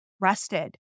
rested